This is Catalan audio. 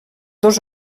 dos